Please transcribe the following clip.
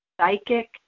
psychic